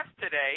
today